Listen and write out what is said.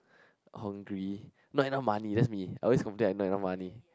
hungry not enough money that's me I always complain I not enough money